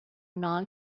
non